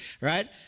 right